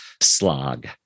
slog